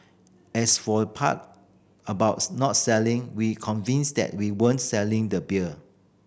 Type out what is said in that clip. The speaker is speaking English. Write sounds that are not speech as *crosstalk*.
as for part about *unintelligible* not selling we convinced that we weren't selling the beer